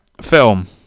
film